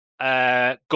Got